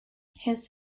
his